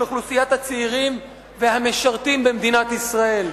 אוכלוסיית הצעירים והמשרתים במדינת ישראל.